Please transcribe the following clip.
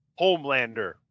Homelander